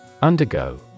Undergo